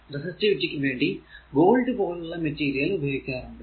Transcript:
റെസിസ്റ്റിവിറ്റിക്കു വേണ്ടി ഗോൾഡ് പോലുള്ള മെറ്റീരിയൽ ഉപയോഗിക്കാറുണ്ട്